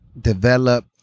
develop